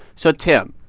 so, tim,